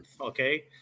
okay